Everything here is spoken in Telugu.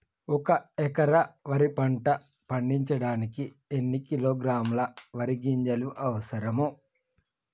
ఒక్క ఎకరా వరి పంట పండించడానికి ఎన్ని కిలోగ్రాముల వరి గింజలు అవసరం?